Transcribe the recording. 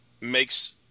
makes